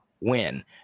win